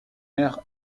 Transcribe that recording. air